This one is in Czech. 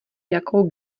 jakou